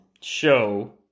show